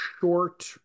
short